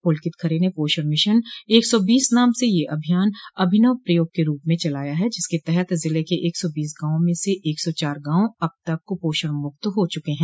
पुलकित खरे ने पोषण मिशन एक सौ बीस नाम से यह अभियान अभिनव प्रयोग के रूप में चलाया है जिसके तहत ज़िले के एक सौ बीस गांवों में स एक सौ चार गांव अब तक कपोषण मुक्त हो चुके हैं